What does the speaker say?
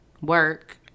work